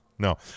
No